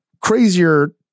crazier